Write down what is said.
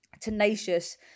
Tenacious